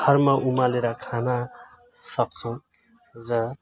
घरमा उमालेर खानसक्छौँ र